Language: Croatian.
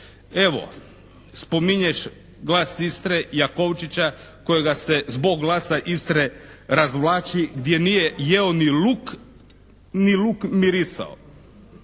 Evo spominješ "Glas Istre", Jakovčića, kojega se zbog "Glasa Istre" razvlači gdje nije jeo ni luk ni luk mirisao.